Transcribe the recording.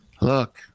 look